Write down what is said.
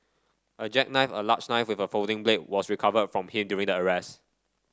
a jackknife a large knife with a folding blade was recovered from him during the arrest